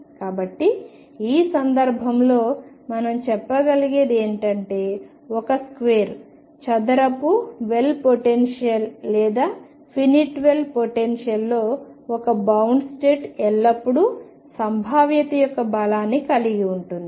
కాబట్టి ఈ సందర్భంలో మనం చెప్పగలిగేది ఏమిటంటే ఒక స్క్వేర్ చదరపు వెల్ పొటెన్షియల్ లేదా ఫినిట్ వెల్ పొటెన్షియల్లో ఒక బౌండ్ స్టేట్ ఎల్లప్పుడూ సంభావ్యత యొక్క బలాన్ని కలిగి ఉంటుంది